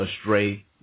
astray